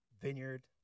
Vineyard